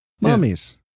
mummies